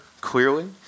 clearly